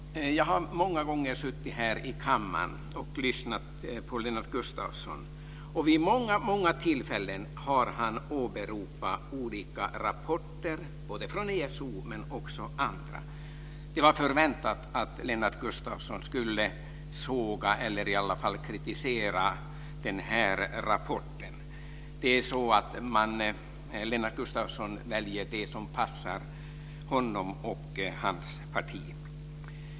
Fru talman! Jag har många gånger här i kammaren lyssnat på Lennart Gustavsson, och han har då vid många tillfällen åberopat olika rapporter, både från ESO och från andra håll. Det var förväntat att Lennart Gustavsson skulle kritisera den här rapporten. Lennart Gustavsson väljer det som passar honom och hans parti.